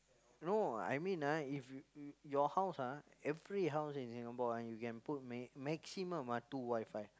no I mean ah if if your house ah every house in Singapore ah you can put m~ maximum two WiFi